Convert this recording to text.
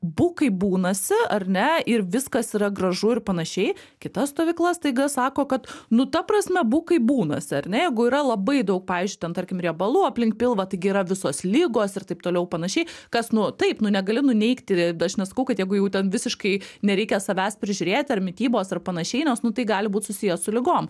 būk kaip būnasi ar ne ir viskas yra gražu ir panašiai kita stovykla staiga sako kad nu ta prasme būk kaip būnasi ar negu yra labai daug pavyzdžiui ten tarkim riebalų aplink pilvą taigi yra visos ligos ir taip toliau panašiai kas nu taip nu negali nuneigti aš nesakau kad jeigu jau ten visiškai nereikia savęs prižiūrėti ar mitybos ar panašiai nes nu tai gali būt susiję su ligom